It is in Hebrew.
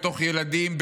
בין ילדים,